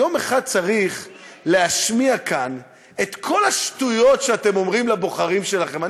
יום אחד צריך להשמיע כאן את כל השטויות שאתם אומרים לבוחרים שלכם.